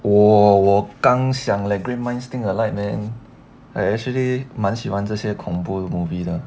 我我刚想 leh great minds think alike man I actually 蛮喜欢这些恐怖的 movie 的